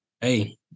hey